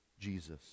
Jesus